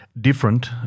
different